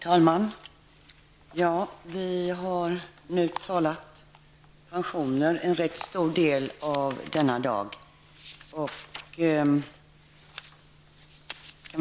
Herr talman! Vi har nu talat om pensioner under rätt stor del av denna dag.